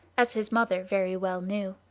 as his mother very well knew.